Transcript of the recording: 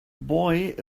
boy